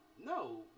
no